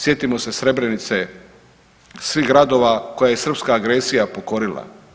Sjetimo se Srebrenice, svih gradova koje je srpska agresija pokorila.